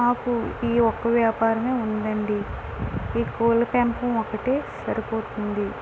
మాకు ఈ ఒక్క వ్యాపారమే ఉందండి ఈ కోళ్ల పెంపకం ఒక్కటే సరిపోతుంది